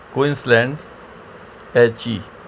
کوئس land ایچی